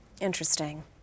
Interesting